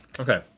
okay,